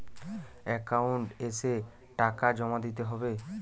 Account এসে টাকা জমা দিতে হবে?